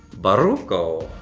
barueco.